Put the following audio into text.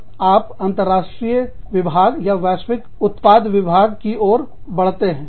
तब आप अंतर्राष्ट्रीय विभाग या वैश्विक उत्पाद विभाग की ओर बढ़ते हैं